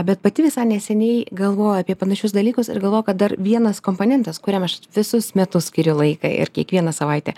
bet pati visai neseniai galvojau apie panašius dalykus ir galvojau kad dar vienas komponentas kuriam aš visus metus skiriu laiką ir kiekvieną savaitę